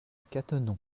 cattenom